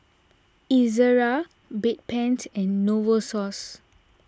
Ezerra Bedpans and Novosource